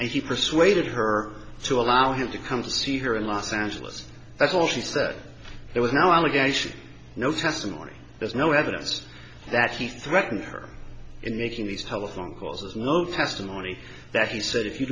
and he persuaded her to allow him to come to see her in los angeles that's all she said there was no allegation no testimony there's no evidence that he threatened her and making these telephone calls is no testimony that he said if you